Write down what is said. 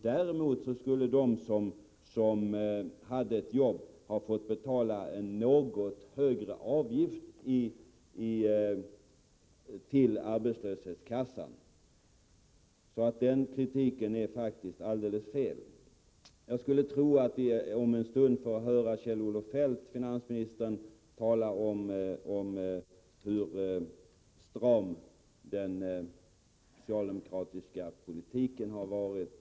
Däremot skulle de som hade ett jobb ha fått betala en något högre avgift till arbetslöshetskassan. Den kritiken är således helt felaktig. Jag skulle tro att vi om en stund får höra finansminister Kjell-Olof Feldt tala om hur stram den socialdemokratiska politiken har varit.